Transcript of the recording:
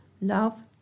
love